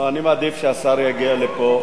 אדוני, אני מעדיף שהשר יגיע לפה.